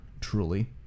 truly